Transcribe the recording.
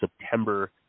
September